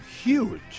huge